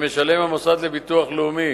שהמוסד לביטוח לאומי